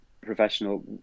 professional